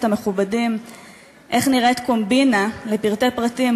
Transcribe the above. המכובדים איך נראית קומבינה לפרטי פרטים,